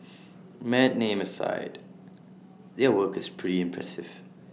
mad name aside their work is pretty impressive